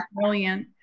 brilliant